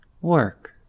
Work